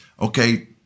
Okay